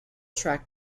track